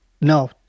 No